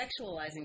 sexualizing